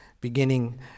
beginning